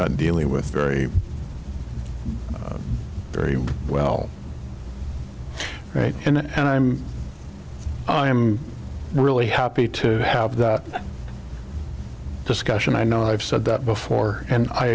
not dealing with very very well right and i'm i'm really happy to have that discussion i know i've said that before and i